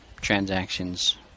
transactions